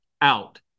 out